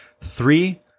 Three